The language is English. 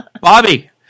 Bobby